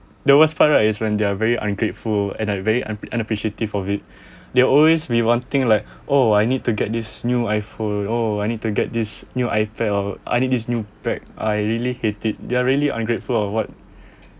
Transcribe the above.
the worst part right is when they are very ungrateful and like very un~ unappreciative of it they will always be wanting like oh I need to get this new iphone oh I need to get this new ipad or I need this new bag I really hate it they are really ungrateful of what